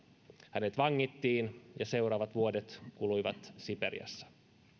hänet vangittiin ja seuraavat vuodet kuluivat siperiassa